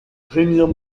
remire